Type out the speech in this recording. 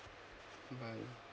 bye